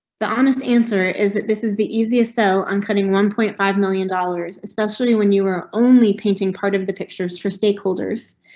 the honest answer is that this is the easiest cell on cutting one point five million dollars, especially when you were only painting part of the pictures for stakeholders.